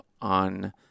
on